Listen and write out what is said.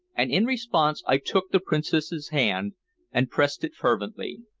and in response i took the princess's hand and pressed it fervently.